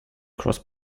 cross